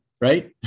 Right